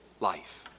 life